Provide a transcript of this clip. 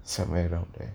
somewhere around there